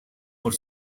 por